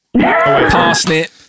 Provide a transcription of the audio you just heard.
parsnip